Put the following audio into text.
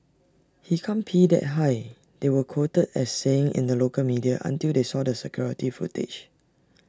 he can't pee that high they were quoted as saying in the local media until they saw the security footage